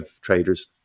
traders